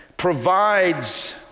provides